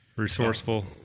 resourceful